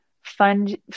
fund